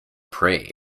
pray